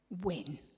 win